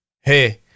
hey